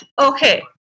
Okay